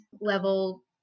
level